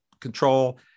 control